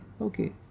Okay